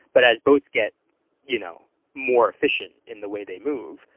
but as boats get you know more efficient in the way they move,